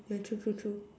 yeah true true true